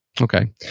Okay